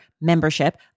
membership